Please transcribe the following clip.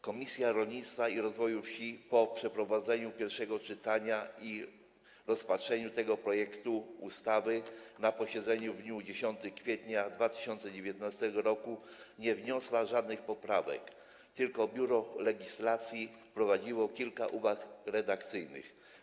Komisja Rolnictwa i Rozwoju Wsi po przeprowadzeniu pierwszego czytania i rozpatrzeniu tego projektu ustawy na posiedzeniu w dniu 10 kwietnia 2019 r. nie wniosła żadnych poprawek, tylko Biuro Legislacyjne wprowadziło kilka uwag redakcyjnych.